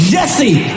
Jesse